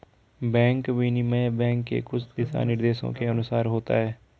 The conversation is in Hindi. बैंक विनिमय बैंक के कुछ दिशानिर्देशों के अनुसार होता है